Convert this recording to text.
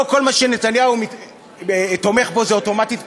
לא כל מה שנתניהו תומך בו זה אוטומטית פסול,